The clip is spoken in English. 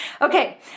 Okay